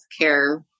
healthcare